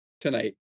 tonight